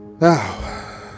Now